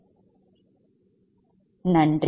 மீண்டும் நன்றி